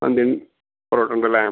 ഉണ്ട് പൊറോട്ടുണ്ടല്ലേ